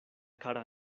kara